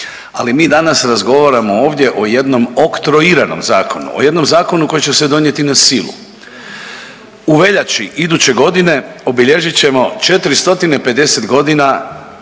Ali mi danas razgovaramo ovdje o jednom oktroiranom zakonu, o jednom zakonu koji će se donijeti na silu. U veljači iduće godine obilježit ćemo 450 godina